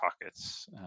pockets